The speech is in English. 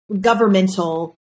governmental